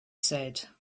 said